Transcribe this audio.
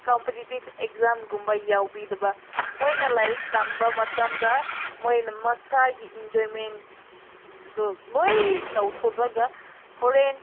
competitive ꯑꯦꯛꯖꯥꯝꯒꯨꯝꯕ ꯌꯥꯎꯕꯤꯗꯕ ꯃꯣꯏꯅ ꯂꯥꯏꯔꯤꯛ ꯇꯝꯕ ꯃꯇꯝꯗ ꯃꯣꯏꯅ ꯃꯁꯥꯒꯤ ꯏꯟꯖꯣꯏꯃꯦꯟ ꯂꯣꯏꯅ ꯇꯧꯊꯣꯛꯂꯒ ꯍꯣꯔꯦꯟ